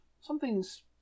something's